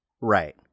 Right